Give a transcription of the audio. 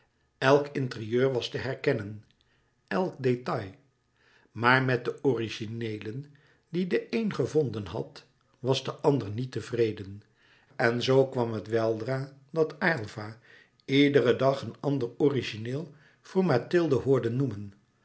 elk interieur was te herkennen elk détail maar met de origineelen die de een gevonden had was de ander niet tevreden en zoo kwam het weldra dat aylva iederen dag een ander origineel voor mathilde hoorde noemen